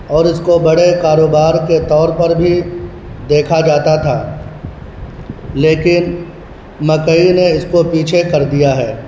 اور اس کو بڑے قاروبار کے طور پر بھی دیکھا جاتا تھا لیکن مکئی نے اس کو پیچھے کر دیا ہے